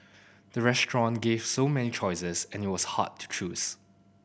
the restaurant gave so many choices and it was hard to choose